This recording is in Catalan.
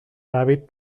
hàbit